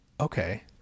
okay